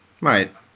right